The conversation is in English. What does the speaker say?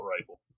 rifle